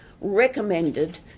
recommended